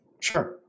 Sure